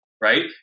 right